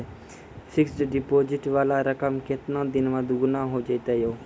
Fixed deposit वाला रकम केतना दिन मे दुगूना हो जाएत यो?